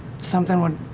something